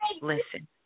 Listen